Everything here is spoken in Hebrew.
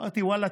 אמרתי: ואללה,